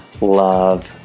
love